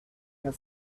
her